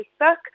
Facebook